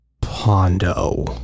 Pondo